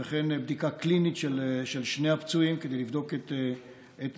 וכן בדיקה קלינית של שני הפצועים כדי לבדוק את מצבם.